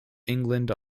england